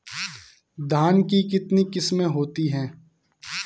धान की कितनी किस्में होती हैं?